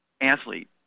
athlete